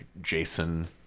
Jason